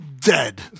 dead